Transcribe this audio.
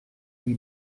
lui